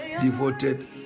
devoted